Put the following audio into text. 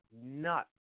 nuts